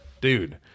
dude